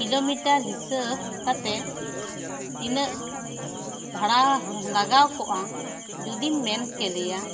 kilometre ᱦᱤᱥᱟᱹᱵᱽ ᱠᱟᱛᱮᱜ ᱛᱤᱱᱟᱹᱜ ᱵᱷᱟᱲᱟ ᱞᱟᱜᱟᱣ ᱠᱚᱜᱼᱟ ᱡᱩᱫᱤᱢ ᱢᱮᱱ ᱠᱮᱞᱮᱭᱟ